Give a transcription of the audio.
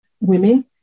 women